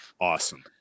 Awesome